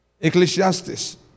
Ecclesiastes